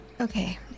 okay